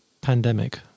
pandemic